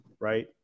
right